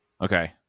Okay